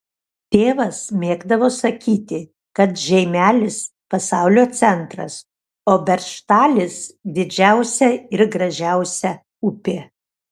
tėvas mėgdavo sakyti kad žeimelis pasaulio centras o beržtalis didžiausia ir gražiausia upė